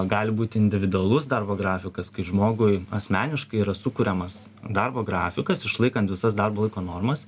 gali būti individualus darbo grafikas kai žmogui asmeniškai yra sukuriamas darbo grafikas išlaikant visas darbo laiko normas